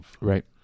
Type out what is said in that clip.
Right